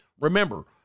Remember